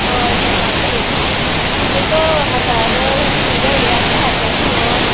हय सकाळचें तुगे तो हातार सूय घायल्या ती सारकी आसा मुगो